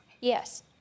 yes